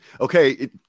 Okay